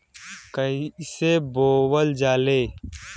कईसे बोवल जाले?